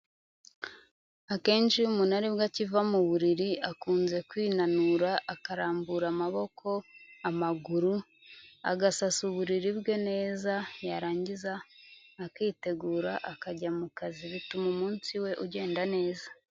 Akenshi iyo umuntu aribwo akiva mu buriri akunze kwinanura akarambura amaboko, amaguru, agasasa uburiri bwe neza yarangiza akitegura akajya mu kazi bituma umunsi we ugenda neza.